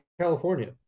California